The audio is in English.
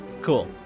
Cool